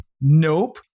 Nope